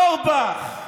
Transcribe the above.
אורבך.